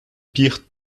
pires